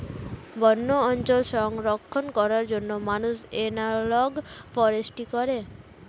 বন্য অঞ্চল সংরক্ষণ করার জন্য মানুষ এনালগ ফরেস্ট্রি করে